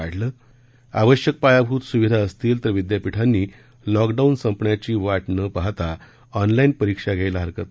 वाढलं आवश्यक पायाभूत सुविधा असतील तर विद्यापीठांनी लॉकडाऊन संपण्याची वाट न पाहता ऑनलाईन परीक्षा घ्यायला हरकत